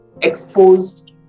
exposed